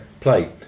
play